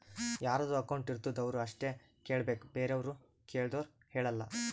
ಯಾರದು ಅಕೌಂಟ್ ಇರ್ತುದ್ ಅವ್ರು ಅಷ್ಟೇ ಕೇಳ್ಬೇಕ್ ಬೇರೆವ್ರು ಕೇಳ್ದೂರ್ ಹೇಳಲ್ಲ